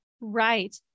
right